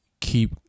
keep